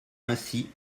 ainsi